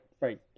Right